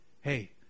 hey